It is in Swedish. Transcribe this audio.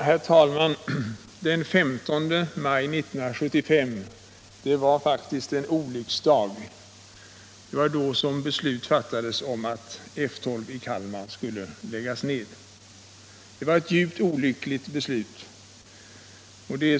Herr talman! Den 15 maj 1975 var faktiskt en olycksdag för Kalmar län. Det var då beslut fattades om att F 12 i Kalmar skulle läggas ned. Det var ett djupt olyckligt beslut.